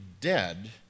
dead